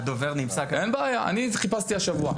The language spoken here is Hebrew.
אני חיפשתי השבוע.